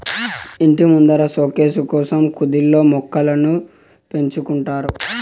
ఇంటి ముందర సోకేసు కోసం కుదిల్లో మొక్కలను పెంచుకుంటారు